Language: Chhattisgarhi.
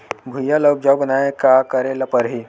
भुइयां ल उपजाऊ बनाये का करे ल पड़ही?